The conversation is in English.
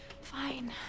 Fine